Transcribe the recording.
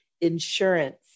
insurance